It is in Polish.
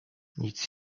nic